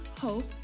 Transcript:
hope